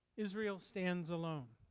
israel stands alone.